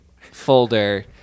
folder